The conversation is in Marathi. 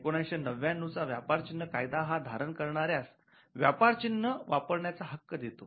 १९९९ चा व्यापारचिन्ह कायदा हा धारण करणाऱ्यास व्यापार चिन्ह वापरण्याचा हक्क देतो